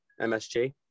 MSG